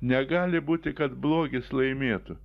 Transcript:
negali būti kad blogis laimėtų